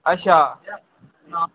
अच्छा